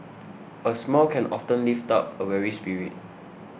a smile can often lift up a weary spirit